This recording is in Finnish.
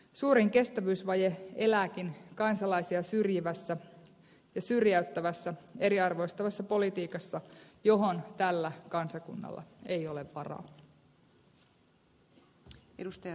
suurin kestävyysvaje elääkin kansalaisia syrjivässä ja syrjäyttävässä eriarvoistavassa politiikassa johon tällä kansakunnalla ei ole varaa